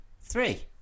three